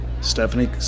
Stephanie